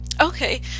okay